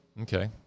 Okay